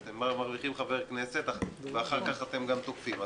שהם מרוויחים חבר כנסת ואחר כך הם גם תוקפים.